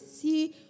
See